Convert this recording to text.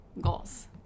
goals